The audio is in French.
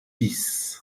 bis